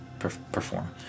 perform